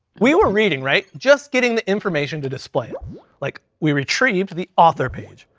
we were reading, right? just getting the information to display like we retrieved the author page.